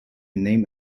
name